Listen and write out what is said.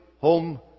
home